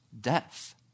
death